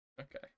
Okay